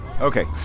Okay